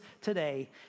today